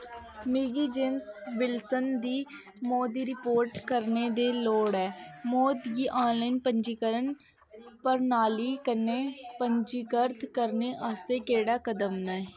मिगी James Wilson दी मौत दी रिपोर्ट करने दी लोड़ ऐ मौत गी आनलाइन पंजीकरण प्रणाली कन्नै पंजीकृत करने आस्तै केह्ड़े कदम न